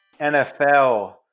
NFL